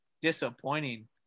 disappointing